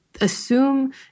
assume